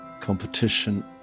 competition